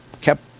kept